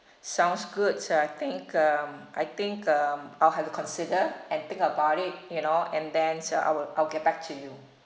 sounds good so I think um I think um I'll have to consider and think about it you know and then so I will I will get back to you